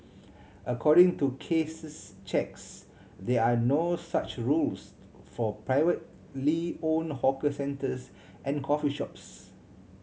according to Case's checks there are no such rules for privately owned hawker centres and coffee shops